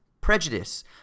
prejudice